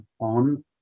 on